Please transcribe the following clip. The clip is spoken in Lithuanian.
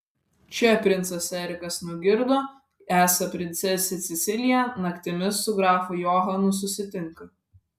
čia princas erikas nugirdo esą princesė cecilija naktimis su grafu johanu susitinka